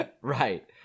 Right